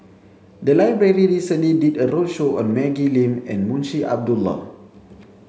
the library recently did a roadshow on Maggie Lim and Munshi Abdullah